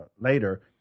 later